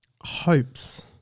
hopes